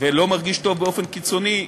ולא מרגיש טוב באופן קיצוני,